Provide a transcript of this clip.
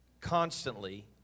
constantly